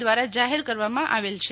દ્વારા જાહેર કરવામાં આવેલ છે